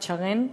את שרן.